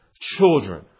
Children